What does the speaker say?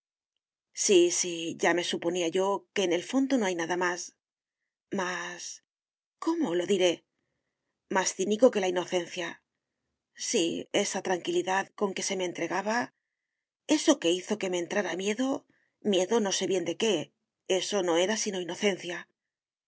sí sí ya me suponía yo que en el fondo no hay nada más más cómo lo diré más cínico que la inocencia sí esa tranquilidad con que se me entregaba eso que hizo me entrara miedo miedo no sé bien de qué eso no era sino inocencia